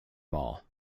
mall